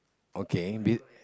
okay be~